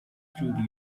through